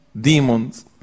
demons